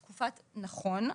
נכון.